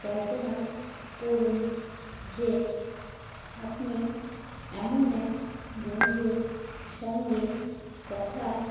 কল্পনা করুন যে আপনি এমন এক বন্ধুর সঙ্গে কথা